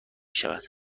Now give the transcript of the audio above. شود